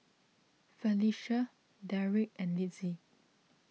Felicie Derek and Litzy